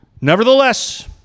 Nevertheless